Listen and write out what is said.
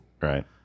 Right